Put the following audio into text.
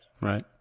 right